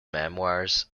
memoirs